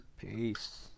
Peace